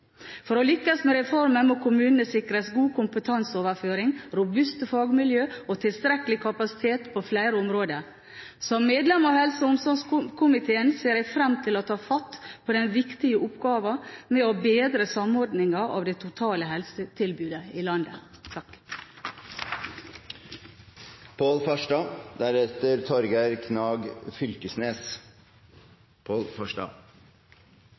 For å lykkes med reformen må kommunene sikres god kompetanseoverføring, robuste fagmiljøer og tilstrekkelig kapasitet på flere områder. Som medlem av helse- og omsorgskomiteen ser jeg fram til å ta fatt på den viktige oppgaven med å bedre samordningen av det totale helsetilbudet i landet.